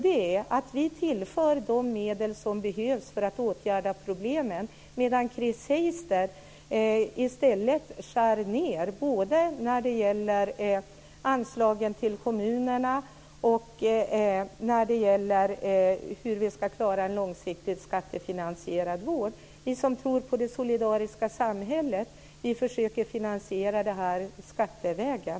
Det är att vi tillför de medel som behövs för att åtgärda problemen medan Chris Heister i stället skär ned både när det gäller anslagen till kommunerna och när det gäller hur vi ska klara en långsiktigt skattefinansierad vård. Vi som tror på det solidariska samhället försöker finansiera det här skattevägen.